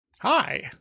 Hi